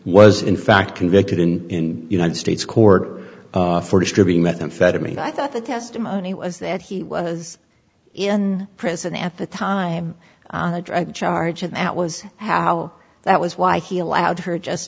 was in fact convicted in the united states court for distributing methamphetamine i thought the testimony was that he was in prison at the time the charge and that was how that was why he allowed her just